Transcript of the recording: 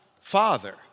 Father